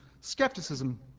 skepticism